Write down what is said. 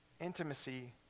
intimacy